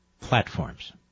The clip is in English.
Platforms